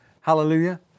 Hallelujah